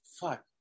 fuck